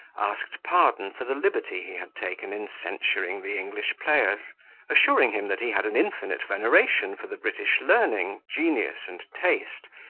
asked pardon for the liberty he had taken in censuring the english players assuring him that he had an infinite veneration for the british learning, genius, and taste,